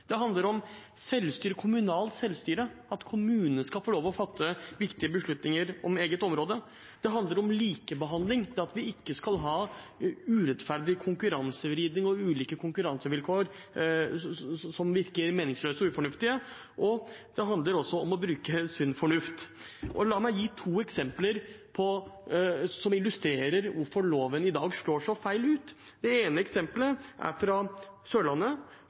Det handler om kommunalt selvstyre, at kommunene skal få lov til å fatte viktige beslutninger om eget område, det handler om likebehandling, at vi ikke skal ha urettferdig konkurransevridning og ulike konkurransevilkår som virker meningsløse og ufornuftige, og det handler også om å bruke sunn fornuft. La meg gi to eksempler som illustrerer hvorfor loven i dag slår så feil ut. Det ene eksempelet er fra Sørlandet